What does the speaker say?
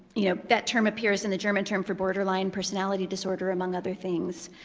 you know that term appears in the german term for borderline personality disorder, among other things.